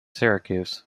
syracuse